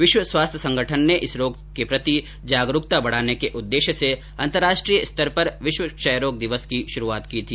विश्व स्वास्थ्य संगठन ने इस रोग से प्रति जागरूकता बढाने के उददेश्य से अंतर्राष्ट्रीय स्तर पर विश्व क्षय रोग दिवस की शुरूआत की थी